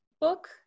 book